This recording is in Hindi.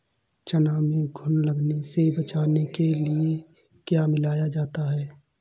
चना में घुन लगने से बचाने के लिए क्या मिलाया जाता है?